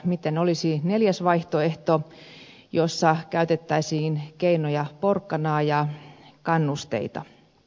miten olisi neljäs vaihtoehto jossa käytettäisiin keinoja porkkanaa ja kannusteita